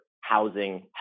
housing